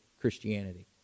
Christianity